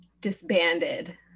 disbanded